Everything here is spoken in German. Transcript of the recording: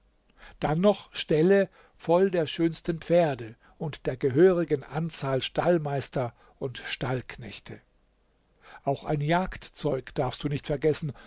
dann noch ställe voll der schönsten pferde und der gehörigen anzahl stallmeister und stallknechte auch ein jagdzeug darfst du nicht vergessen